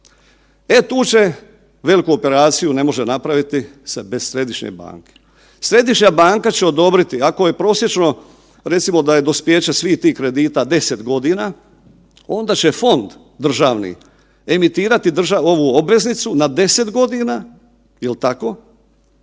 E tu veliku operaciju ne može napraviti bez središnje banke, središnja banka će odobriti ako je prosječno recimo da je dospijeće svih tih kredita 10 godina onda će fond državni emitirati ovu obveznicu na 10 godina jel tako,